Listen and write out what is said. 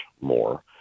more